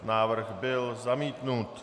Návrh byl zamítnut.